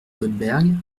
goldberg